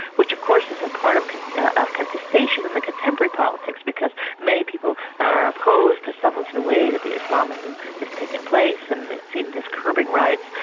which of course is a part of of contestation on the contemporary politics because many people are opposed to some of the way that the islamism has taken place and seen this curbing rights,